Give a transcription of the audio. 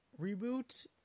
reboot